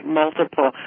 multiple